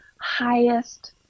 highest